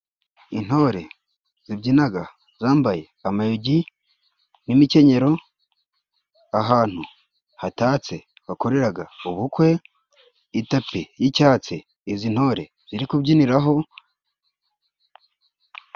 Intore zibyinaga zambaye amayugi n'imikenyero, ahantu hatatse bakoreraga ubukwe, itapi y'icyatsi izi ntore ziri kubyiniraho.